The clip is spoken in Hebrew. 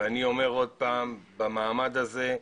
אני אומר עוד פעם, במעמד הזה: